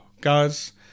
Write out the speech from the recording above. Guys